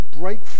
break